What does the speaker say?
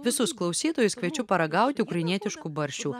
visus klausytojus kviečiu paragauti ukrainietiškų barščių